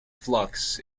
flux